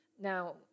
Now